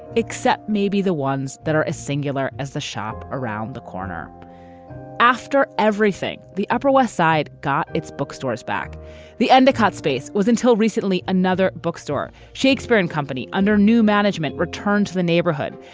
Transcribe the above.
except maybe the ones that are a singular as the shop around the corner after everything. the upper west side got its bookstores back the endicott space was until recently, another bookstore, shakespearean company under new management returned to the neighborhood.